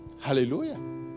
hallelujah